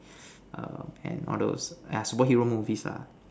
um and all those !aiya! superhero movies lah